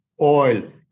Oil